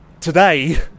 Today